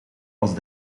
als